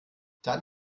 dann